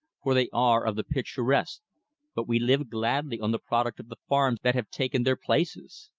for they are of the picturesque but we live gladly on the product of the farms that have taken their places.